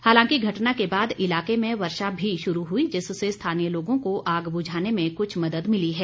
हालांकि घटना के बाद इलाके में वर्षा भी शुरू हुई है जिससे स्थानीय लोगों को आग बुझाने में कुछ मदद मिली है